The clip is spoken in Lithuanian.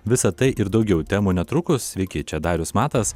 visa tai ir daugiau temų netrukus sveiki čia darius matas